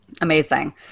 Amazing